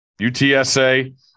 UTSA